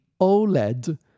OLED